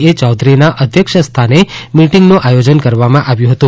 એ ચૌધરીના અધ્યક્ષસ્થાને મિટિંગનું આયોજન કરવામાં આવ્યું હતું